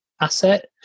asset